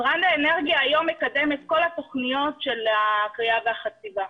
משרד האנרגיה היום מקדם את כל התכניות של הכרייה והחציבה.